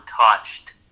untouched